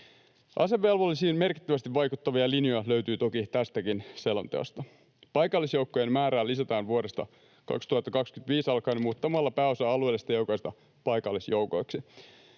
Asevelvollisiin merkittävästi vaikuttavia linjoja löytyy toki tästäkin selonteosta. Paikallisjoukkojen määrää lisätään vuodesta 2025 alkaen muuttamalla pääosa alueellisista joukoista paikallisjoukoiksi.